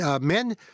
Men